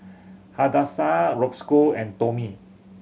Hadassah Roscoe and Tomie